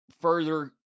further